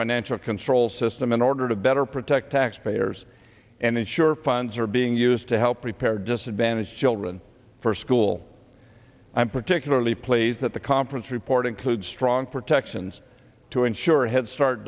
financial control system in order to better protect taxpayers and ensure funds are being used to help prepare disadvantaged children for school i'm particularly pleased that the conference report includes strong protections to ensure headstart